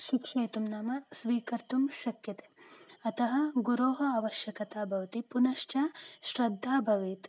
शिक्षितुं नाम स्वीकर्तुं शक्यते अतः गुरोः आवश्यकता भवति पुनश्च श्रद्धा भवेत्